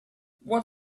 what